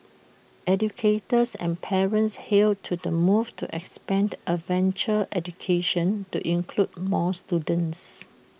educators and parents hailed to the move to expand adventure education to include more students